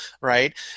Right